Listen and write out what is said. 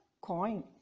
coin